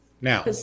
Now